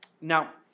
Now